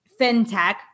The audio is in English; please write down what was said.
fintech